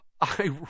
I